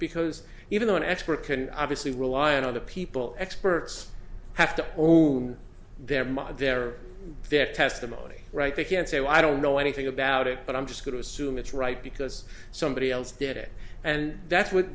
because even though an expert can obviously rely on other people experts have to own their mother their their testimony right they can say well i don't know anything about it but i'm just going to assume it's right because somebody else did it and that's what